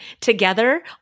together